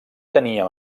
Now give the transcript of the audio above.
teníem